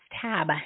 tab